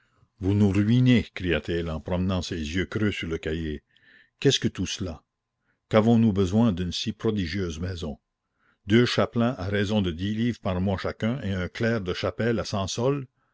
vous nous ruinez cria-t-il en promenant ses yeux creux sur le cahier qu'est-ce que tout cela qu'avons-nous besoin d'une si prodigieuse maison deux chapelains à raison de dix livres par mois chacun et un clerc de chapelle à cent sols